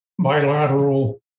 bilateral